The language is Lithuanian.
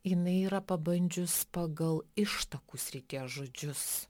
jinai yra pabandžius pagal ištakų srities žodžius